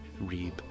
Reeb